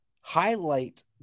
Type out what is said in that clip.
highlight